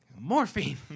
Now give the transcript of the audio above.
Morphine